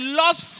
lost